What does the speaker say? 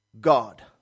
God